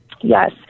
yes